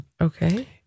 Okay